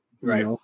right